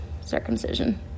circumcision